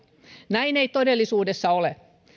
näin ei todellisuudessa ole